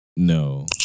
No